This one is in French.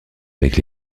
avec